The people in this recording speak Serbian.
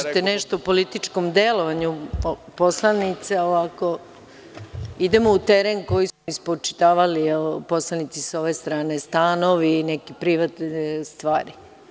Ako možete nešto o političkom delovanju poslanice, a ovako idemo u teren koji su mi spočitavali poslanici sa ove strane, stanovi i neke privatne stvari.